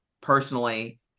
personally